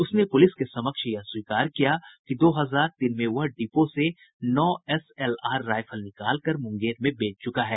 उसने पुलिस के समक्ष यह स्वीकार किया कि दो हजार तीन में वह डिपो से नौ एसएलआर राइफल निकाल कर मुंगेर में बेच चुका है